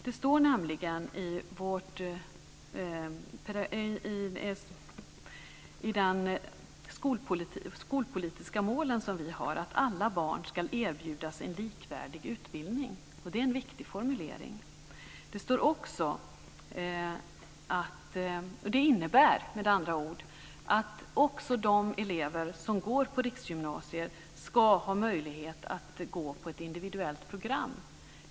Det står nämligen i de skolpolitiska målen att alla barn ska erbjudas en likvärdig utbildning, och det är en viktig formulering. Det innebär med andra ord att också de elever som går på riksgymnasier ska ha möjlighet att gå på ett individuellt program.